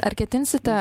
ar ketinsite